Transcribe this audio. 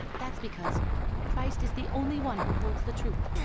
that's because christ is the only one who holds the truth.